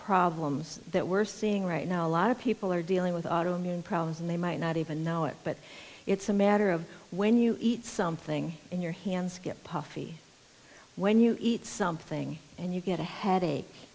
problems that we're seeing right now a lot of people are dealing with auto immune problems and they might not even know it but it's a matter of when you eat something in your hands get puffy when you eat something and you get a headache